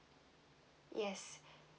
yes